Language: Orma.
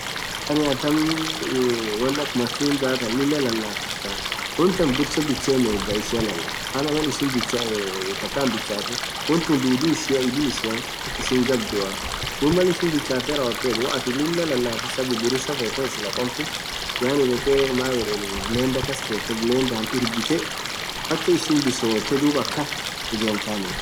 Yaani atamii won akha matunda than Lilah lalaffitha wontan dhursaa bichenn edhaa ishia lalafth maan Mal ishin taka hinbichathin wonthun dhudhu idhil ishia jabadhua dhub Mal ishin bichathee rawothethu woathin Lilah lalafisa buburusa fethethu Sila komthi yaani dhethee blunder kaskethe blunder irbithe mpka ishin bisothee dhub akhan ijemtani